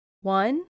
One